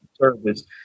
service